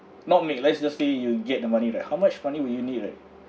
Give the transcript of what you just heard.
not make let's just say you get the money like how much money will you right